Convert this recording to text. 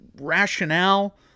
rationale